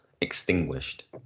extinguished